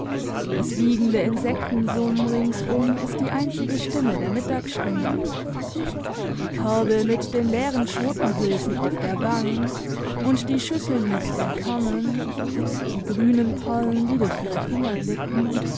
das wiegende insekten summen ringsum ist die einzige stimme der mittagsstunde die körbe mit den leeren schotenhülsen auf der bank und die schüsseln mit den kernen die grünen perlen die durch ihre finger glitten